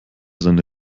seine